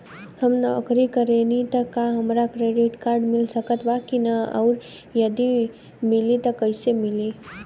हम नौकरी करेनी त का हमरा क्रेडिट कार्ड मिल सकत बा की न और यदि मिली त कैसे मिली?